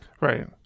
Right